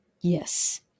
Yes